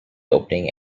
opening